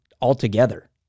altogether